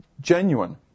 Genuine